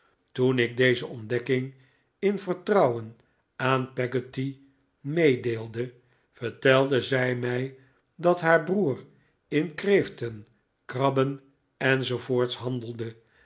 toen ik deze ontdekking in vertrouwen aan peggotty meedeelde vertelde zij mij dat haar broer in kreeften krabben enz handelde